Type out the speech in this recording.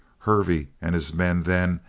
hervey and his men, then,